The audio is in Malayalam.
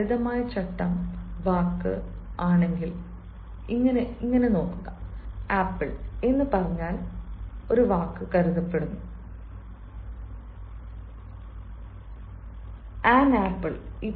ആ ലളിതമായ ചട്ടം വാക്ക് ആണെങ്കിൽ ആപ്പിൾ എന്ന് പറഞ്ഞാൽ വാക്ക് കരുതപ്പെടുന്നു എന്നാണ് ഞാൻ അർത്ഥമാക്കുന്നത് ആൻ ആപ്പിൾ